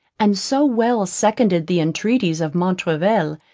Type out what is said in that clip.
and so well seconded the entreaties of montraville,